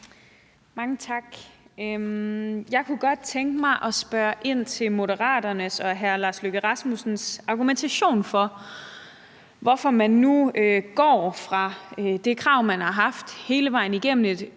Mange tak. Jeg kunne godt tænke mig at spørge ind til Moderaternes og hr. Lars Løkke Rasmussens argumentation for, hvorfor man nu går fra det krav, et ufravigeligt krav, man har haft hele vejen igennem,